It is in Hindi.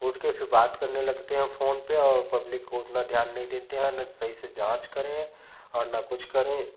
उठ के फिर बात करने लगते हैं फोन पे और पब्लिक को उतना ध्यान नहीं देते हैं और नहीं सही से जांच करें और ना कुछ करें